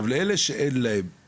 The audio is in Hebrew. אני מדבר לאלה שאין להם.